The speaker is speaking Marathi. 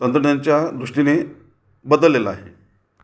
तंत्रज्ञानाच्या दृष्टीने बदललेला आहे